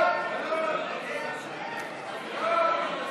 ההצעה להעביר את הצעת חוק-יסוד: